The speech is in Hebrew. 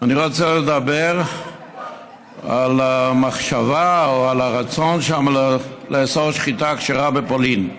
אני רוצה לדבר על המחשבה או על הרצון לאסור שחיטה כשרה בפולין.